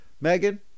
Megan